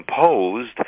imposed